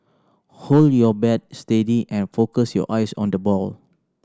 hold your bat steady and focus your eyes on the ball